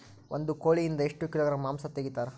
ಒಂದು ಕೋಳಿಯಿಂದ ಎಷ್ಟು ಕಿಲೋಗ್ರಾಂ ಮಾಂಸ ತೆಗಿತಾರ?